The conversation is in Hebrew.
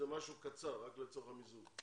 משהו קצר, רק לצורך המיזוג.